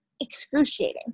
excruciating